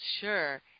Sure